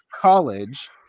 college